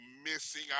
missing